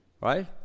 Right